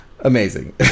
Amazing